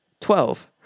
Twelve